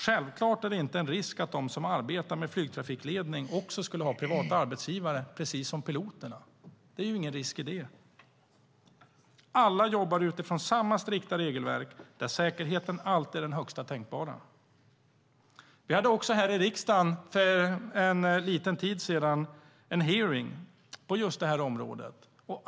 Självklart medför det ingen risk att de som arbetar med flygtrafikledning har privata arbetsgivare, precis som piloterna. Alla jobbar utifrån samma strikta regelverk där säkerheten alltid är den högsta tänkbara. För en liten tid sedan hade vi en hearing i riksdagen på just detta område.